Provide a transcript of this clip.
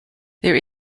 there